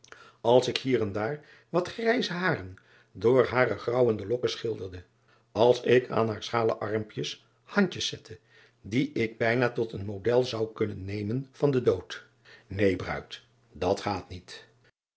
als ik hier en daar wat grijze haren door hare graauwende lokken schilderde als ik aan haar schrale armpjes handjes zette die ik bijna tot een model zou kunnen nemen van den dood een ruid dat gaat niet